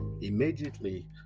Immediately